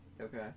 Okay